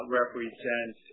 represent